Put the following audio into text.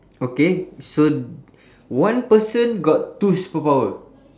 okay so one person got two superpower